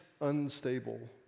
unstable